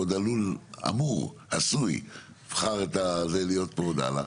והוא עוד עלול/אמור/עשוי להיות פה עוד הלאה,